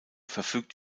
verfügt